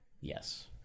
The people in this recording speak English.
Yes